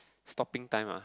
stopping time ah